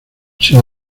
sin